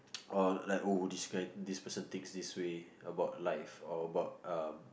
or like oh this guy this person think this way about life or about um